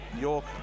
York